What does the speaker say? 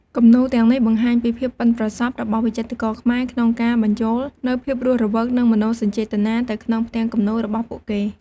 គំនូរទាំងនេះបង្ហាញពីភាពប៉ិនប្រសប់របស់វិចិត្រករខ្មែរក្នុងការបញ្ចូលនូវភាពរស់រវើក និងមនោសញ្ចេតនាទៅក្នុងផ្ទាំងគំនូររបស់ពួកគេ។